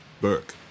Burke